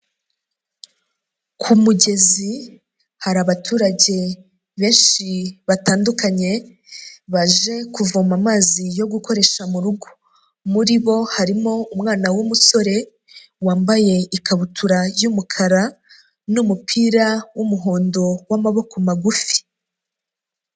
Ku mugezi hari abaturage benshi batandukanye baje kuvoma amazi yo gukoresha mu rugo, muri bo harimo umwana w'umusore wambaye ikabutura y'umukara n'umupira w'umuhondo w'amaboko magufi.